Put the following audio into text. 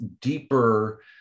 deeper